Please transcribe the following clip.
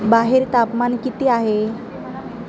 बाहेर तापमान किती आहे